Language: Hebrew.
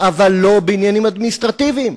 אבל לא בעניינים אדמיניסטרטיביים,